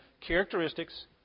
characteristics